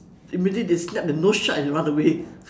immediately they snap their nose shut and run away